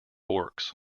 orcs